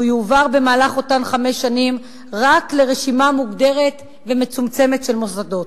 והוא יועבר במהלך אותן חמש שנים רק לרשימה מוגדרת ומצומצמת של מוסדות.